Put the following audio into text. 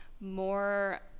more